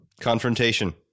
Confrontation